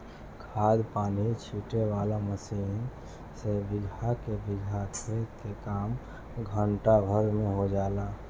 खाद पानी छीटे वाला मशीन से बीगहा के बीगहा खेत के काम घंटा भर में हो जाला